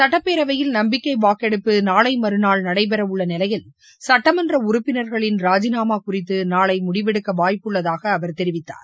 சுட்டப்பேரவையில் நம்பிக்கை வாக்கெடுப்பு நாளை மறுநாள் நடைபெறவுள்ள நிலையில் சுட்டமன்ற உறுப்பினர்களின் ராஜினாமா குறித்து நாளை முடிவெடுக்க வாய்ப்புள்ளதாக அவர் தெரிவித்தார்